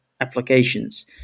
applications